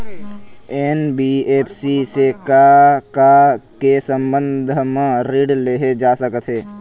NBFC से का का के संबंध म ऋण लेहे जा सकत हे?